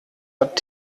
hat